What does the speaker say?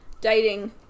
dating